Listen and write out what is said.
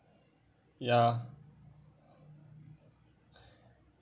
ya